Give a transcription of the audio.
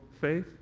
faith